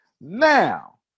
now